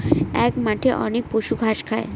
এক মাঠে অনেক পশু ঘাস খায়